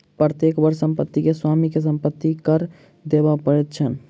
प्रत्येक वर्ष संपत्ति के स्वामी के संपत्ति कर देबअ पड़ैत छैन